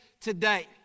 today